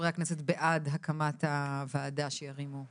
חברי הכנסת אשר בעד הקמת הוועדה שירימו יד.